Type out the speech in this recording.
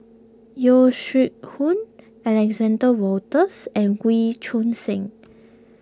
Yeo Shih Yun Alexander Wolters and Wee Choon Seng